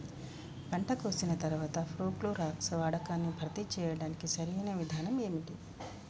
పంట కోసిన తర్వాత ప్రోక్లోరాక్స్ వాడకాన్ని భర్తీ చేయడానికి సరియైన విధానం ఏమిటి?